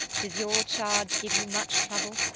does your charge give you much trouble?